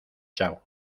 chao